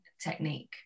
technique